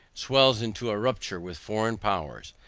swells into a rupture with foreign powers,